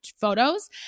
photos